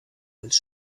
als